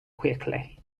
quickly